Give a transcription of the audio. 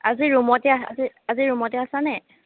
আজি ৰুমতে আজি ৰুমতে আছা নে